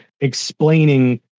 explaining